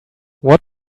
what